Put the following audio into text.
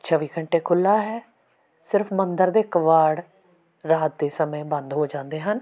ਚੌਵੀ ਘੰਟੇ ਖੁੱਲ੍ਹਾ ਹੈ ਸਿਰਫ਼ ਮੰਦਿਰ ਦੇ ਕਵਾੜ ਰਾਤ ਦੇ ਸਮੇਂ ਬੰਦ ਹੋ ਜਾਂਦੇ ਹਨ